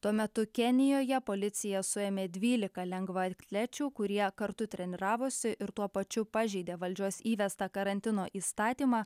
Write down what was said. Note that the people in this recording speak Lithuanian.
tuo metu kenijoje policija suėmė dvylika lengvaatlečių kurie kartu treniravosi ir tuo pačiu pažeidė valdžios įvestą karantino įstatymą